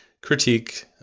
critique